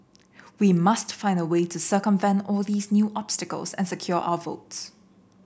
we must find a way to circumvent all these new obstacles and secure our votes